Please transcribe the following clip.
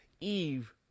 Eve